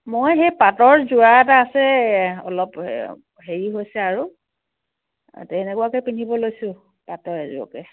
মই সেই পাটৰ যোৰা এটা আছে অলপ হেৰি হৈছে আৰু তেনেকুৱাকৈ পিন্ধিব লৈছোঁ পাটৰ এযোৰকে